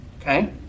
Okay